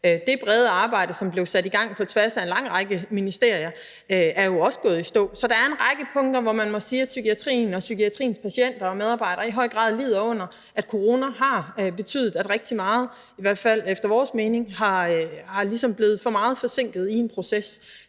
det brede arbejde, som blev sat i gang på tværs af en lang række ministerier, er jo også gået i stå. Så der er en række punkter, hvor man må sige, at psykiatrien og psykiatriens patienter og medarbejdere i høj grad lider under, at corona har betydet, at rigtig meget – i hvert fald efter vores mening – er blevet for meget forsinket i en proces.